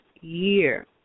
year